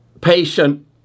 patient